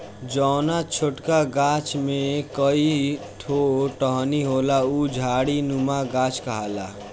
जौना छोटका गाछ में कई ठो टहनी होला उ झाड़ीनुमा गाछ कहाला